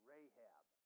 Rahab